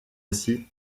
aussi